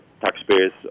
taxpayers